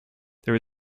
there